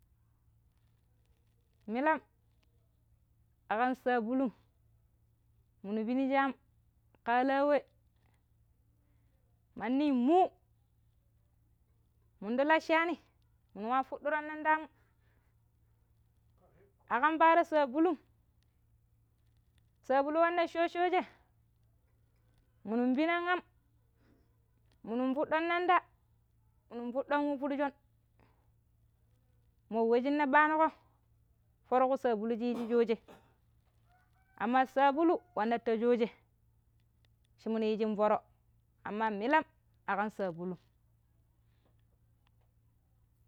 Milam akam sabulum, minu pennisham ka alanwe mani muu, mindu ta lasaani minu wa fuɗuron landamu. Akam paaro sabulum, sabulum wanna sosoje minun pinan am minun fuɗuron landa minu fuduron wu fossom. Mo we shina ɓariko fono ku sabulu shi yiji sooje Amma sabulu wanna ta sooje shi minu yin foro amma milam a kam sabulum.